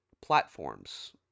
platforms